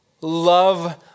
Love